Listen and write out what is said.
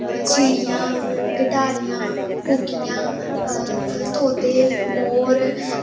चिडियां गिटारियां घुग्गियां तोते मोर